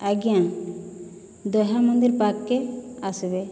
ଆଜ୍ଞା ଦହ୍ୟା ମନ୍ଦିର୍ ପାଖ୍କେ ଆସ୍ବେ